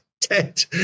dead